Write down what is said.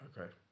Okay